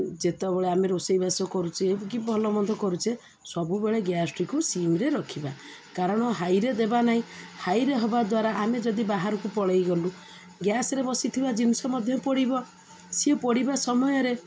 ଯେତେବେଳେ ଆମେ ରୋଷେଇବାସ କରୁଛେ କି ଭଲମନ୍ଦ କରୁଛେ ସବୁବେଳେ ଗ୍ୟାସ୍ଟିକୁ ସିମ୍ରେ ରଖିବା କାରଣ ହାଇରେ ଦେବା ନାହିଁ ହାଇରେ ହେବା ଦ୍ୱାରା ଆମେ ଯଦି ବାହାରକୁ ପଳେଇ ଗଲୁ ଗ୍ୟାସରେ ବସିଥିବା ଜିନିଷ ମଧ୍ୟ ପୋଡ଼ିବ ସିଏ ପୋଡ଼ିବା ସମୟରେ